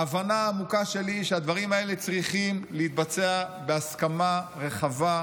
ההבנה העמוקה שלי היא שהדברים האלה צריכים להתבצע בהסכמה רחבה,